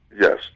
Yes